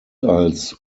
als